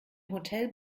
hotel